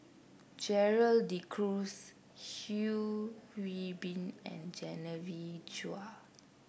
Gerald De Cruz Yeo Hwee Bin and Genevieve Chua